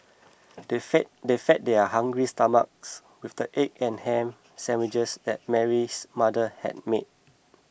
they fed they fed their hungry stomachs with the egg and ham sandwiches that Mary's mother had made